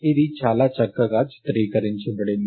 ఇది చాలా చక్కగా చిత్రీకరించబడింది